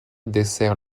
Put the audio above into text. dessert